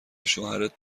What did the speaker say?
شوهرت